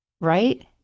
right